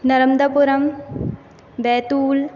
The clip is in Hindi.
नरमदापुरम बैतूल